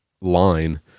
line